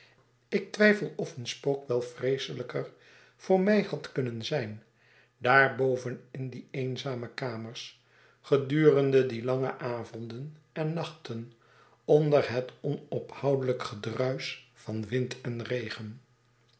ik twijfel of een spook wel vreeselijker voor mij had kunnen zijn daar boven in die eenzame kamers gedurende die lange avonden en nachten onder het onophoudelijk gedruis van wind en regen